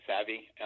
savvy